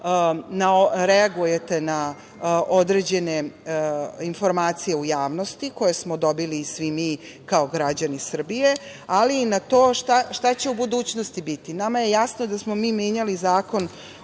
reagujete na određene informacije u javnosti koje smo dobili svi mi kao građani Srbije, ali i na to šta će u budućnosti biti. Nama je jasno da smo mi menjali Zakon